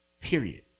Period